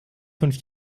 fünf